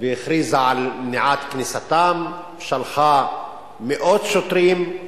והכריזה על מניעת כניסתם, שלחה מאות שוטרים,